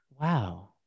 Wow